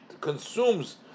consumes